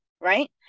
Right